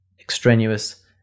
extraneous